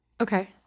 okay